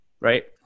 right